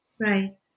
Right